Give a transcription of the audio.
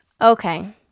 Okay